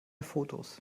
fotos